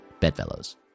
Bedfellows